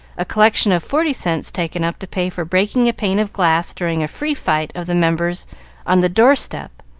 a collection of forty cents taken up to pay for breaking a pane of glass during a free fight of the members on the door-step.